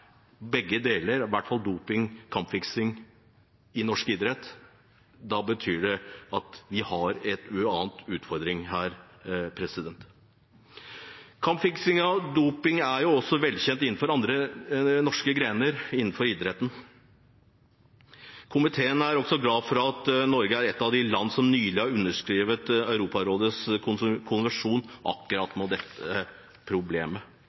doping og kampfiksing innen norsk idrett, betyr det at vi har en annen utfordring her. Kampfiksing og doping er også velkjent innenfor andre grener av norsk idrett. Komiteen er også glad for at Norge er et av de land som nylig har underskrevet Europarådets konvensjon som gjelder akkurat dette problemet.